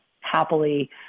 happily